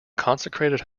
consecrated